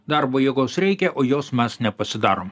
darbo jėgos reikia o jos mes nepasidarom